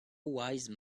wise